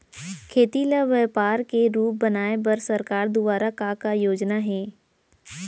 खेती ल व्यापार के रूप बनाये बर सरकार दुवारा का का योजना हे?